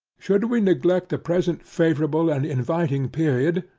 should we neglect the present favorable and inviting period,